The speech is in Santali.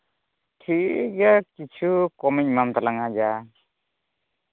ᱴᱷᱤᱠᱜᱮᱭᱟ ᱠᱤᱪᱷᱩ ᱠᱚᱢᱤᱧ ᱮᱢᱟᱢ ᱛᱟᱞᱟᱝ ᱟ ᱡᱟ